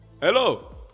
hello